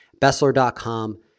Bessler.com